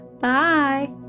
Bye